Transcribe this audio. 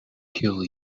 kill